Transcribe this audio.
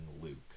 Luke